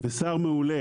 היה שר מעולה.